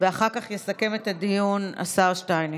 ואחר כך יסכם את הדיון השר שטייניץ.